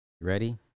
Ready